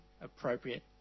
appropriate